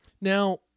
Now